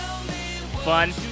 Fun